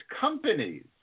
companies